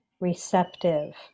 receptive